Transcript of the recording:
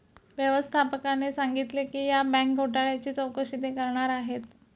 व्यवस्थापकाने सांगितले की या बँक घोटाळ्याची चौकशी ते करणार आहेत